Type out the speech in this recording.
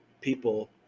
people